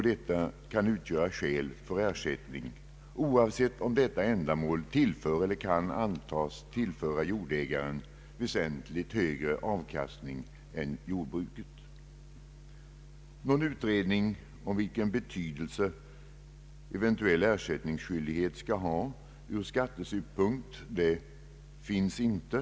Detta kan utgöra skäl för ersättning, oavsett om jordägaren kan erhålla eller kan antas erhålla väsentligt högre avkastning av marken för detta ändamål än för jordbruksändamål. Någon utredning om vilken betydelse eventuell ersättningsskyldighet skall ha ur skattesynpunkt föreligger inte.